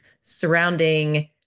surrounding